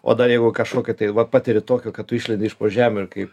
o dar jeigu kažkokį tai va patiri tokio kad tu išlendi iš po žemių ir kai